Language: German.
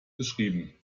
geschrieben